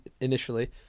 initially